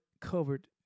covered